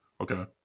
Okay